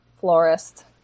florist